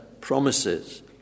promises